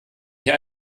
hier